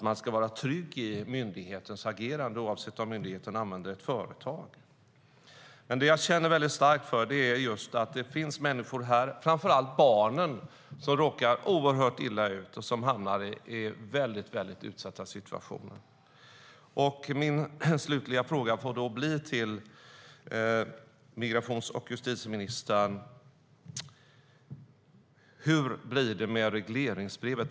Man ska vara trygg i myndighetens agerande även om myndigheten använder ett företag. Hur blir det med regleringsbrevet, justitie och migrationsministern?